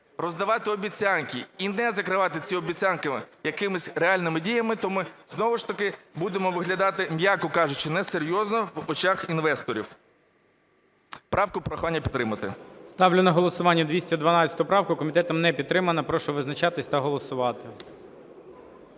роздавати обіцянки і не закривати ці обіцянки якимись реальними діями, то ми знову ж таки будемо виглядати, м'яко кажучи, несерйозно в очах інвесторів. Правку прохання підтримати. ГОЛОВУЮЧИЙ. Ставлю на голосування 212 правку. Комітетом не підтримана. Прошу визначатися та голосувати.